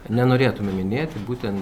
nenorėtume minėti būtent